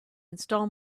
install